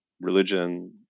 religion